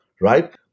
right